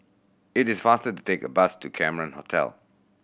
it is faster to take a bus to Cameron Hotel